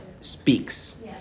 speaks